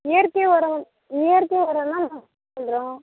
இயற்கை உரம் இயற்கை உரம் தான் நாங்கள் யூஸ் பண்ணுறோம்